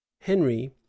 henry